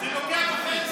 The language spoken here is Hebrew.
זה נוגע וחצי.